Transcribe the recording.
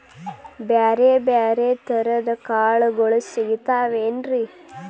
ಬ್ಯಾರೆ ಬ್ಯಾರೆ ತರದ್ ಕಾಳಗೊಳು ಸಿಗತಾವೇನ್ರಿ?